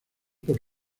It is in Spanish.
por